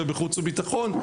ובחוץ וביטחון,